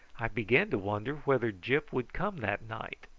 i began to wonder whether gyp would come that night.